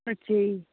ਅੱਛਾ ਜੀ